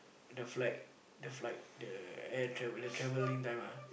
the flag the flight the air travel the travelling time ah